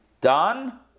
done